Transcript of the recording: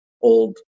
old